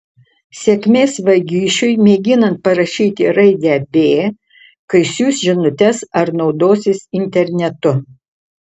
sėkmės vagišiui mėginant parašyti raidę b kai siųs žinutes ar naudosis internetu